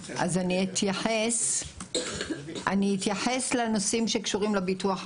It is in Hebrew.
אני אתייחס לנושאים שקשורים לביטוח הלאומי,